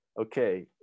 okay